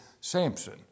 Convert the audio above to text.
Samson